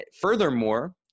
Furthermore